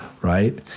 right